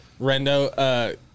Rendo